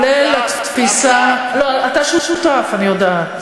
אוה, אוה,